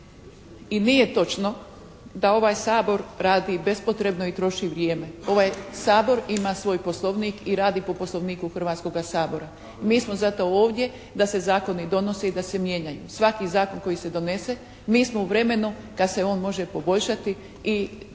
i nije točno da ovaj Sabor radi bespotrebno i troši vrijeme. Ovaj Sabor ima svoj Poslovnik i radi po Poslovniku Hrvatskoga sabora. Mi smo zato ovdje da se zakoni donose i da se mijenjaju. Svaki zakon koji se donese mi smo u vremenu kad se on može poboljšati i može doći